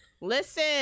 listen